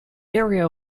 area